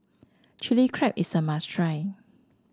Chilli Crab is a must try